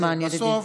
זמן, ידידי.